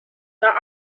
that